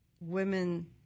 women